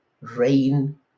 rain